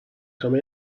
come